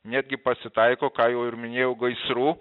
netgi pasitaiko ką jau ir minėjau gaisrų